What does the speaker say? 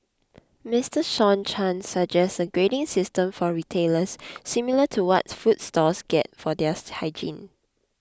Mister Sean Chan suggests a grading system for a retailers similar to what food stalls get for their hygiene